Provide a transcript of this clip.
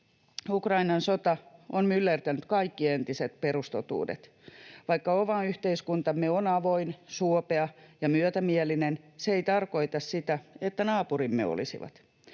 Ukrainan sota on myllertänyt kaikki entiset perustotuudet. Vaikka oma yhteiskuntamme on avoin, suopea ja myötämielinen, se ei tarkoita sitä, että naapurimme olisivat.